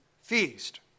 feast